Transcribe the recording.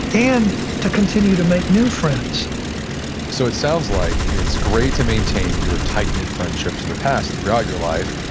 and to continue to make new friends so it sounds like it's great to maintain your tight-knit friendships in the past throughout your life,